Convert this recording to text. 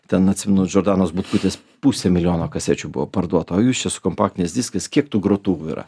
ten atsimenu džordanos butkutės pusę milijono kasečių buvo parduota o jūs čia su kompaktiniais diskais kiek tų grotuvų yra